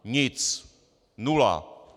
Nic. Nula.